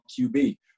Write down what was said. QB